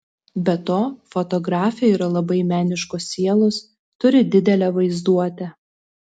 be to fotografė yra labai meniškos sielos turi didelę vaizduotę